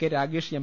K Ragesh M